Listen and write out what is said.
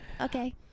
okay